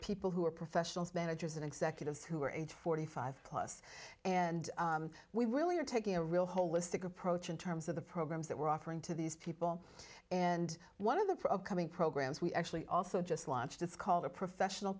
people who are professionals managers and executives who are age forty five plus and we really are taking a real holistic approach in terms of the programs that we're offering to these people and one of the for upcoming programs we actually also just launched it's called a professional